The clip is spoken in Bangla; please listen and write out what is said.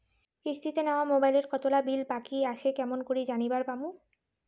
কিস্তিতে নেওয়া মোবাইলের কতোলা বিল বাকি আসে কেমন করি জানিবার পামু?